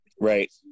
Right